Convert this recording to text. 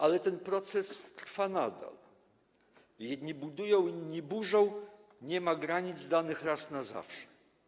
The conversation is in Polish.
Ale ten proces trwa nadal - jedni budują, inni burzą, nie ma granic danych raz na zawsze.